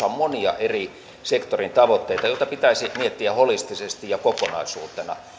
on monia eri sektorien tavoitteita joita pitäisi miettiä holistisesti ja kokonaisuutena